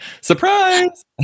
Surprise